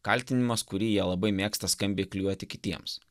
kaltinimas kurį jie labai mėgsta skambiai klijuoti kitiems